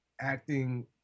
acting